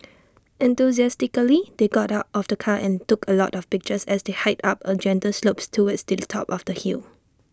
enthusiastically they got out of the car and took A lot of pictures as they hiked up A gentle slope towards the top of the hill